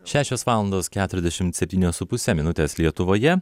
šešios valandos keturiasdešimt septynios su puse minutės lietuvoje